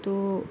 तु